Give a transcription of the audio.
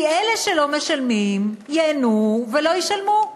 כי אלה שלא משלמים ייהנו ולא ישלמו,